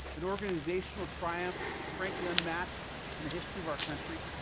an organizational triumph frankly unmatched in the history of our country,